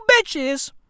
bitches